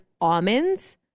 almonds